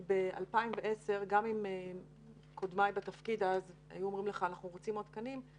כי ב-2010 גם עם קודמיי בתפקיד אז היו אומרים לך אנחנו רוצים עוד תקנים,